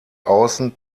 außen